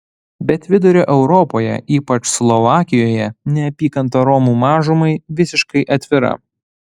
bet vidurio europoje ypač slovakijoje neapykanta romų mažumai visiškai atvira